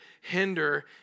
hinder